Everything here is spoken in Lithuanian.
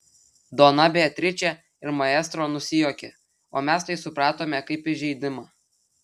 dona beatričė ir maestro nusijuokė o mes tai supratome kaip įžeidimą